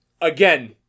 again